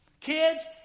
Kids